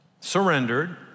surrendered